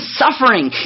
suffering